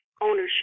ownership